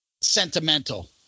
sentimental